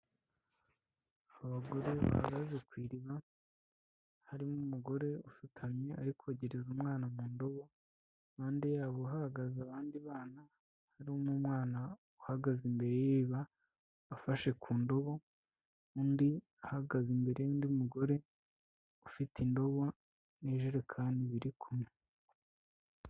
Abagore bahagaze ku iriba harimo umugore usutamye ari kogereza umwana mu ndobo, impande ya bo hahagaze abandi bana, harimo umwana uhagaze imbere y'iriba afashe ku ndobo, undi ahagaze imbere y'undi mugore ufite indobo n'ijerekani biri kumwe.